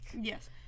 Yes